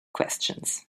questions